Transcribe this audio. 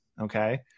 Okay